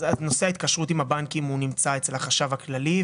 אז נושא ההתקשרות עם הבנקים נמצא אצל החשב הכללי,